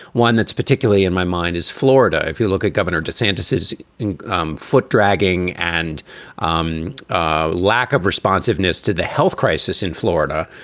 one that's particularly in my mind is florida. if you look at governor de santos's um foot-dragging and um ah lack of responsiveness to the health crisis in florida,